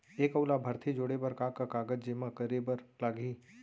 एक अऊ लाभार्थी जोड़े बर का का कागज जेमा करे बर लागही?